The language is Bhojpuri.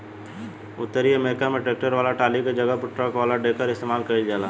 उतरी अमेरिका में ट्रैक्टर वाला टाली के जगह पर ट्रक वाला डेकर इस्तेमाल कईल जाला